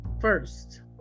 first